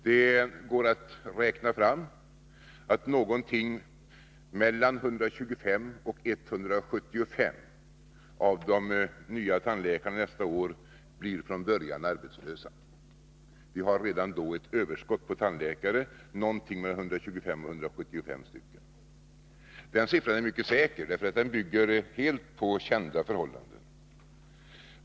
Det går att räkna fram att mellan 125 och 175 av de nya tandläkarna nästa år från början blir arbetslösa. Vi har alltså redan då ett överskott på tandläkare i den storleksordningen. Den siffran är mycket säker, därför att den bygger helt på kända förhållanden.